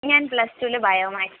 ഞാൻ പ്ലസ് ടൂവിൽ ബയോമാത്സ്